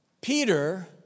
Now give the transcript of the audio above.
Peter